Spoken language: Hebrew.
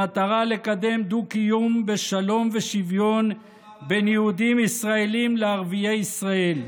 במטרה לקיים דו-קיום בשלום ושוויון בין יהודים ישראלים לערביי ישראל.